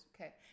okay